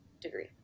degree